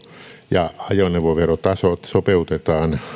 ja ajoneuvoverotasot sopeutetaan